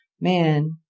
man